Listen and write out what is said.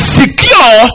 secure